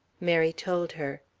mary told her.